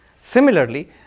Similarly